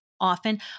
often